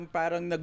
parang